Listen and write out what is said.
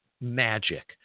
magic